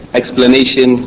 explanation